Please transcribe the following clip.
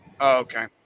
Okay